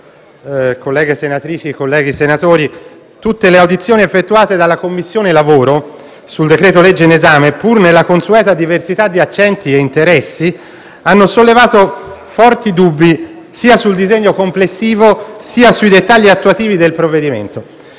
Governo, colleghe senatrici, colleghi senatori, tutte le audizioni effettuate dalla Commissione lavoro sul decreto-legge in esame, pur nella consueta diversità di accenti e interessi, hanno sollevato forti dubbi sia sul disegno complessivo sia sui dettagli attuativi del provvedimento.